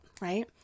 right